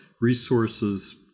resources